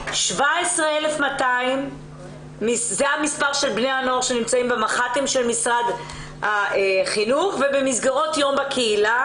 17,200 בני נוער נמצאים במח"טים של משרד החינוך ובמסגרות יום בקהילה